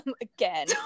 again